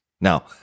Now